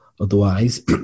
otherwise